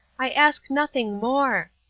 i ask nothing more.